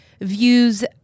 views